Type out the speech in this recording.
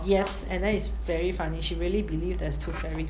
yes and then it's very funny she really believe there's tooth fairy